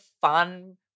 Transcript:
fun